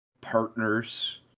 partners